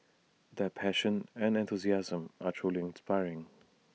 their passion and enthusiasm are truly inspiring